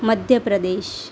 Madhya Pradesh